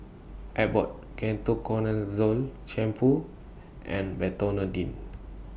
Abbott Ketoconazole Shampoo and Betanedine